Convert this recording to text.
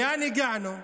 לאן הגענו?